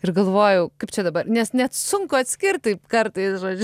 ir galvojau kaip čia dabar nes net sunku atskirt taip kartais žodžiu